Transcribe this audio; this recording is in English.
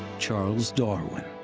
charles darwin.